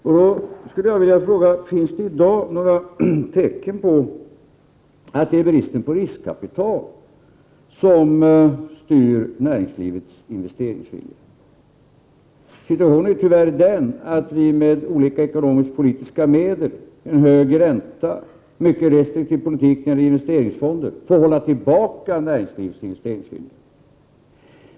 Jag skulle vilja fråga om det i dag finns några tecken på att det är bristen på riskkapital som styr näringslivets investeringsvilja. Situationen är tyvärr den att vi med olika ekonomisk-politiska medel, en hög ränta och mycket restriktiv politik när det gäller investeringsfonder, får hålla tillbaka näringslivets investeringsvilja.